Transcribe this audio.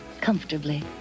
comfortably